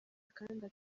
kandi